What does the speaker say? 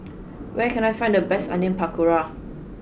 where can I find the best Onion Pakora